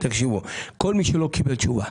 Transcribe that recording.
כל מי שלא קיבל תשובה,